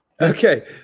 okay